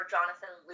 Jonathan